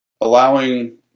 allowing